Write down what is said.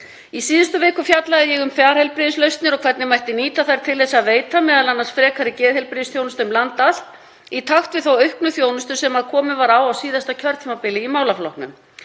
Í síðustu viku fjallaði ég um fjarheilbrigðislausnir og hvernig mætti nýta þær til að veita m.a. frekari geðheilbrigðisþjónustu um land allt í takt við þá auknu þjónustu sem komið var á á síðasta kjörtímabili í málaflokknum.